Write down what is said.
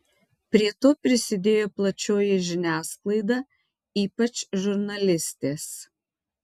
prie to prisidėjo plačioji žiniasklaida ypač žurnalistės